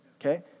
okay